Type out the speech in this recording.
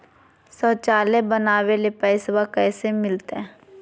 शौचालय बनावे ले पैसबा कैसे मिलते?